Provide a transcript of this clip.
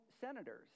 senators